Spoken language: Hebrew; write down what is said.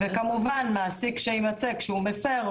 כמובן שמעסיק שיימצא שהוא הפר,